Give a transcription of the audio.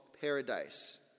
paradise